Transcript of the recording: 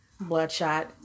Bloodshot